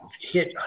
hit